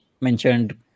mentioned